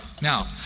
Now